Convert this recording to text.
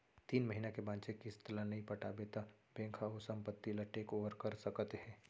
तीन महिना के बांचे किस्त ल नइ पटाबे त बेंक ह ओ संपत्ति ल टेक ओवर कर सकत हे